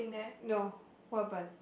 no what happen